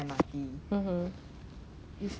like the C_D_C funds ah something like that